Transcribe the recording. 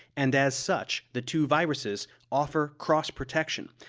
and as such, the two viruses offer cross-protection,